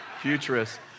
Futurist